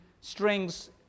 strings